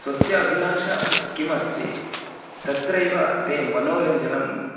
स्वस्य अभिलाषा कु किमस्ति तत्रैव ते मनोरञ्जनम्